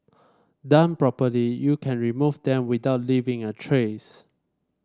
done properly you can remove them without leaving a trace